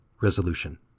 Resolution